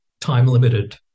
time-limited